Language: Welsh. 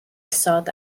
isod